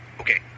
Okay